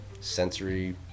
sensory